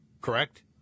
Correct